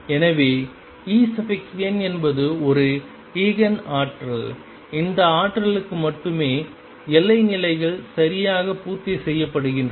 எனவே En என்பது ஒரு ஈஜென் ஆற்றல் இந்த ஆற்றல்களுக்கு மட்டுமே எல்லை நிலைகள் சரியாக பூர்த்தி செய்யப்படுகின்றன